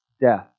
death